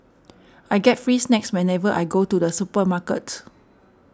I get free snacks whenever I go to the supermarket